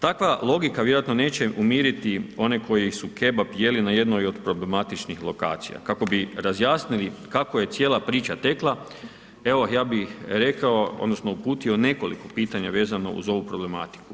Takva logika, vjerojatno neće umiriti one koji su kebab jeli na jedenoj od problematičnih lokacija, kako bi razjasnili kako je cijela priča tekla, ja bi rekao, odnosno, uputio nekoliko pitanja vezano uz ovu problematiku.